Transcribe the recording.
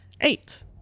Eight